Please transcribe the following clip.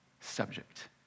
subject